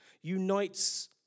unites